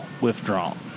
withdrawn